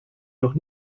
noch